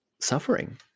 suffering